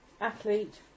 athlete